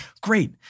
Great